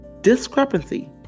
discrepancy